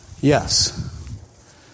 Yes